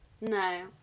No